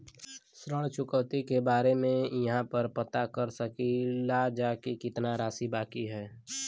ऋण चुकौती के बारे इहाँ पर पता कर सकीला जा कि कितना राशि बाकी हैं?